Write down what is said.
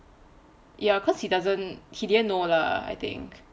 ya cause he doesn't he didn't know lah I think